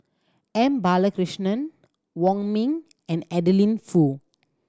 M Balakrishnan Wong Ming and Adeline Foo